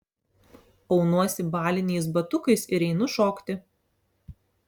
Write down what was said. aunuosi baliniais batukais ir einu šokti